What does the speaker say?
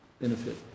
benefit